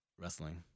wrestling